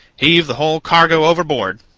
heave the whole cargo overboard!